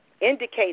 indicate